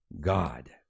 God